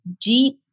deep